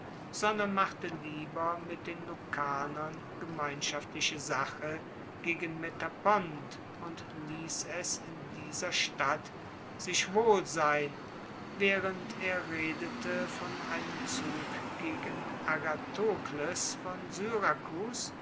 sondern machte lieber mit den lucanern gemeinschaftliche sache gegen metapont und liess es in dieser stadt sich wohl sein waehrend er redete von einem zug gegen agathokles von syrakus